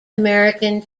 american